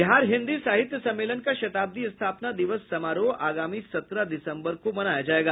बिहार हिन्दी साहित्य सम्मेलन का शताब्दी स्थापना दिवस समारोह आगामी सत्रह दिसम्बर को मनाया जायेगा